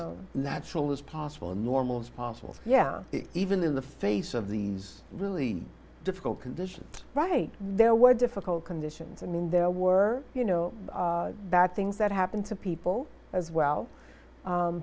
o natural is possible and normal is possible yeah even in the face of these really difficult conditions right there were difficult conditions and there were you know bad things that happen to people as well